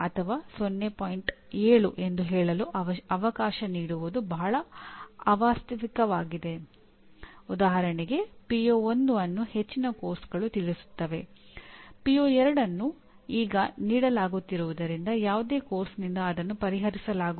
ಅದು ಏನು ಹೇಳುತ್ತದೆ ಎಂದರೆ ನೀವು ಏನನ್ನಾದರೂ ಯೋಜಿಸಬೇಕು ಮತ್ತು ನೀವು ಅದನ್ನು ನಿರ್ವಹಿಸಿದ್ದೀರಾ ಅಥವಾ ಇಲ್ಲವೇ ಎಂಬುದನ್ನು ಅಳೆಯಬೇಕು